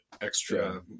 extra